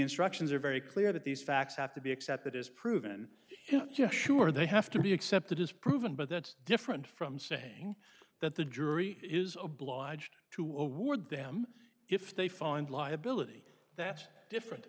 instructions are very clear that these facts have to be accepted as proven sure they have to be accepted as proven but that's different from saying that the jury is obliged to award them if they find liability that different